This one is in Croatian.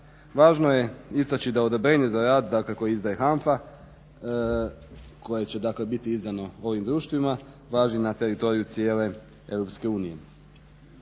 Važno je istaći da odobrenje za rad dakle koji izdaje HANFA koja će biti izdano ovim društvima važi na teritoriju cijele EU.